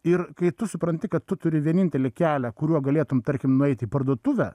ir kai tu supranti kad tu turi vienintelį kelią kuriuo galėtum tarkim nueiti į parduotuvę